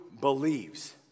believes